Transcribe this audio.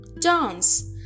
Dance